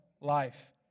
life